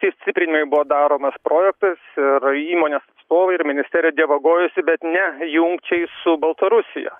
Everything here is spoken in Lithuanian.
tie stiprinimai buvo daromas projektas ir įmonės atstovai ir ministerija dievagojosi bet ne jungčiai su baltarusija